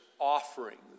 offerings